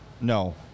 No